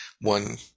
one